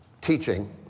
teaching